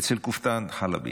אצל קופטאן חלבי,